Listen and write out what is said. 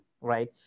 right